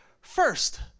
first